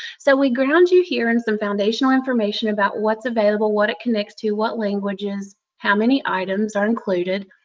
so we ground you here in some foundational information about what is available, what it connects to, what languages, how many items are included.